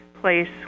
place